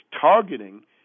targeting